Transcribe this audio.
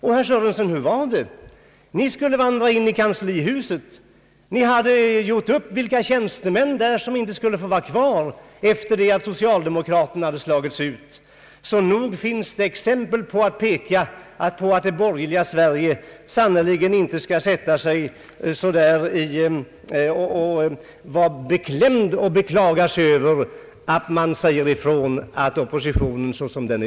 Hur var det för övrigt, herr Sörenson? Ni skulle vandra in i kanslihuset. Ni hade gjort upp vilka tjänstemän där som inte skulle få vara kvar efter det att socialdemokraterna hade slagits ut! Nog finns det exempel som visar att det borgerliga Sverige sannerligen inte skall beklaga sig över att vi råkar vara stygga mot oppositionen.